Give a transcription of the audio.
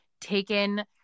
taken